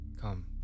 Come